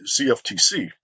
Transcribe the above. CFTC